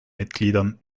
mitgliedern